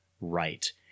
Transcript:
right